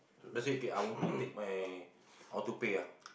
let say okay I want to take my I want to pay ah